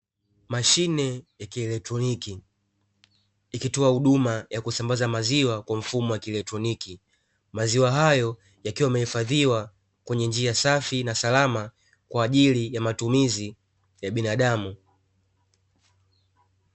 Mashine ya kielektroniki ikitoa huduma ya kusambaza maziwa kwa mfumo wa kielektroniki, maziwa hayo yakiwa yamehifadhiwa kwenye njia safi na salama kwaajili ya matumizi ya binadamu.